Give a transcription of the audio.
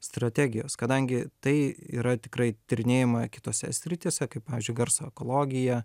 strategijos kadangi tai yra tikrai tyrinėjama kitose srityse kaip pavyzdžiui garso ekologija